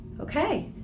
okay